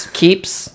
keeps